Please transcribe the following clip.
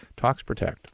ToxProtect